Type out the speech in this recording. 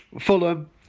Fulham